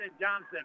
Johnson